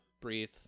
breathe